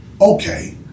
okay